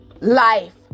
life